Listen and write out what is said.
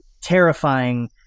terrifying